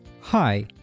Hi